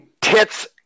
tits